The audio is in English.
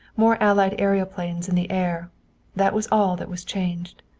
more allied aeroplanes in the air that was all that was changed.